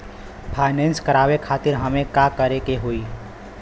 Finance करावे खातिर हमें का करे के होई?